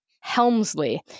Helmsley